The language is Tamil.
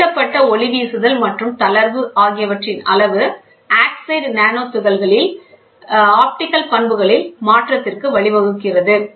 தூண்டப்பட்ட ஒளி வீசுதல் மற்றும் தளர்வு ஆகியவற்றின் அளவு ஆக்சைடு நானோ துகள்களில் ஆப்டிகல் பண்புகளில் மாற்றத்திற்கு வழிவகுக்கிறது